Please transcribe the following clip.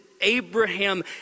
Abraham